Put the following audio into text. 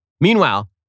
Meanwhile